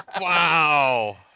Wow